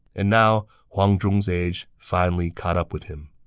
and now, huang zhong's age finally caught up with him.